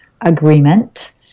agreement